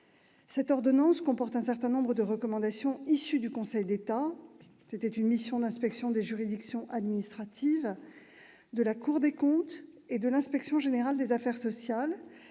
Cette ordonnance comporte un certain nombre de recommandations issues du Conseil d'État- précisément de la Mission d'inspection des juridictions administratives -, de la Cour des comptes et de l'Inspection générale des affaires sociales-